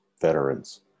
veterans